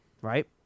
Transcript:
right